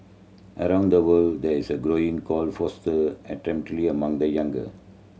around the world there is a growing call to foster among the younger